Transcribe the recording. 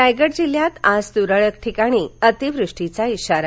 रायगड जिल्ह्यात आज तुरळक ठिकाणी अतिवृष्टीचा ईशारा